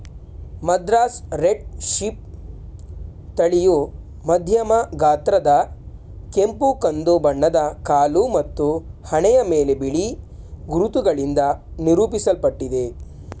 Madras red sheep ತಳಿಯು ಮಧ್ಯಮ ಗಾತ್ರದ ಕೆಂಪು ಕಂದು ಬಣ್ಣದ ಕಾಲು ಮತ್ತು ಹಣೆಯ ಮೇಲೆ ಬಿಳಿ ಗುರುತುಗಳಿಂದ ನಿರೂಪಿಸಲ್ಪಟ್ಟಿದೆ